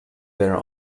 there